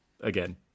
again